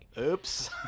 Oops